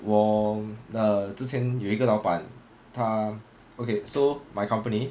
我的之前有一个老板他:na zhi qian you yi ge lao ban ta okay so my company